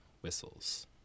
whistles